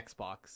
Xbox